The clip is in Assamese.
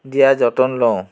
দিয়াৰ যতন লওঁ